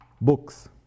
Books